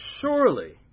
Surely